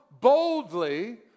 boldly